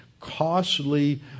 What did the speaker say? costly